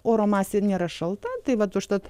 oro masė nėra šalta tai vat užtat